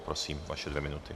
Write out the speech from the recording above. Prosím, vaše dvě minuty.